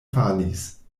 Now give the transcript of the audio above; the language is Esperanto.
falis